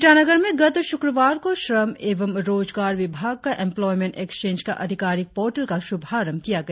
ईटानगर में गत शुक्रवार को श्रम एवं रोजगार विभाग का एम्प्लोयमेंट एक्सेंज का अधिकारिक पोर्टल का शुभारम्भ किया गया